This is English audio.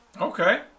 Okay